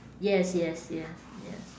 yes yes yes yes